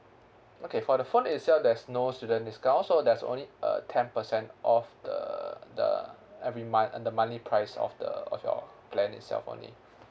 okay for the phone itself there's no student discount so there's only uh ten percent of the the every month the monthly price of the of your plan itself only